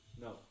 No